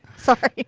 sorry.